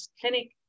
clinic